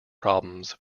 problems